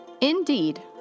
Indeed